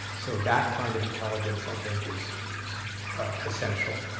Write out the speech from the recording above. so that kind of intelligence i think is is essential.